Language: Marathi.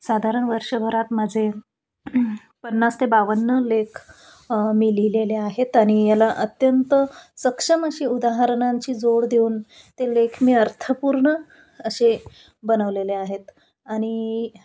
साधारण वर्षभरात माझे पन्नास ते बावन्न लेख मी लिहिलेले आहेत आणि याला अत्यंत सक्षम अशी उदाहरणांची जोड देऊन ते लेख मी अर्थपूर्ण असे बनवलेले आहेत आणि